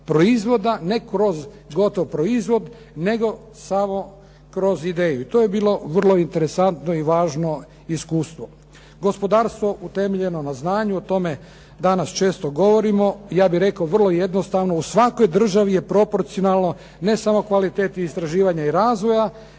proizvoda, ne kroz gotov proizvod, nego samo kroz ideju i to je bilo vrlo interesantno i važno iskustvo. Gospodarstvo utemeljeno na znanju, o tome danas često govorimo, ja bih rekao vrlo jednostavno, u svakoj državi je proporcionalno, ne samo kvaliteti istraživanja i razvoja,